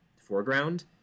foreground